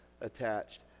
attached